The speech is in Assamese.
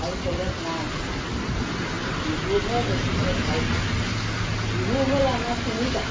আৰু বেলেগ নাই আমি বিহুহে বেছিকৈ ভাল পাওঁ বিহু হ'ল আমাৰ তিনিটা